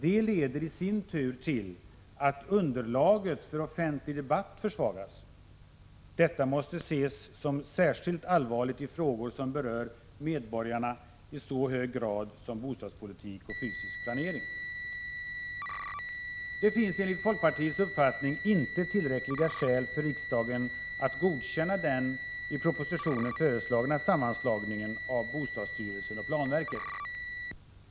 Det leder i sin tur till att underlaget för offentlig debatt försvagas. Detta måste ses som särskilt allvarligt i frågor som berör medborgarna i så hög grad som bostadspolitik och fysisk planering. Det finns, enligt folkpartiets uppfattning, inte tillräckliga skäl för riksdagen att godkänna den i propositionen föreslagna sammanslagningen av bostadsstyrelsen och planverket.